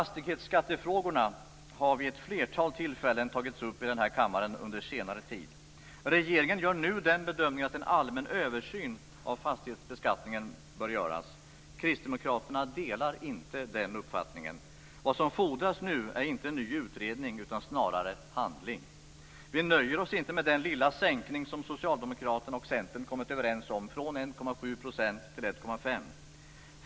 Fastighetsskattefrågorna har vid ett flertal tillfällen tagits upp i den här kammaren under senare tid. Regeringen gör nu den bedömningen att en allmän översyn av fastighetsbeskattningen bör göras. Kristdemokraterna delar inte den uppfattningen. Vad som fordras är inte en ny utredning utan snarare handling. Vi nöjer oss inte med den lilla sänkning som socialdemokraterna och Centern kommit överens om, från 1,7 % till 1,5 %.